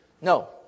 No